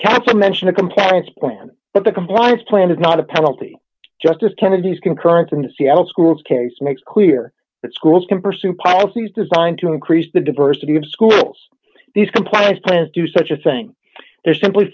or mention a compliance plan but the compliance plan is not a penalty justice kennedy's concurrence in the seattle school's case makes clear that schools can pursue policies designed to increase the diversity of schools these compliance plans do such a thing they're simply